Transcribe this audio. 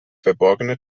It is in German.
verborgene